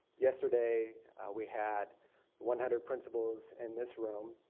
yesterday we had one hundred principals in this room